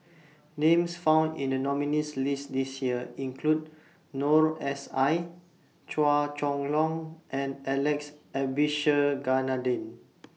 Names found in The nominees' list This Year include Noor S I Chua Chong Long and Alex Abisheganaden